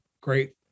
great